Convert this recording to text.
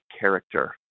character